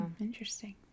Interesting